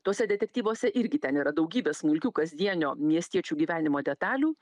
tuose detektyvuose irgi ten yra daugybė smulkių kasdienio miestiečių gyvenimo detalių